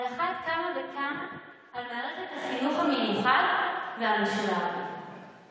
מערכת החינוך המיוחד והמשולב על אחת כמה וכמה.